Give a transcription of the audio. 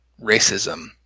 racism